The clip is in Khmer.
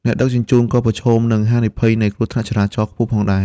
អ្នកដឹកជញ្ជូនក៏ប្រឈមនឹង ហានិភ័យនៃគ្រោះថ្នាក់ចរាចរណ៍ ខ្ពស់ផងដែរ។